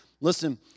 Listen